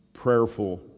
prayerful